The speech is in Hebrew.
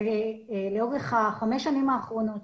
לאורך חמש השנים האחרונות,